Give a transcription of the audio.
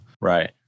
Right